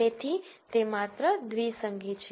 તેથી તે માત્ર દ્વિસંગી છે